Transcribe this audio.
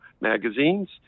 magazines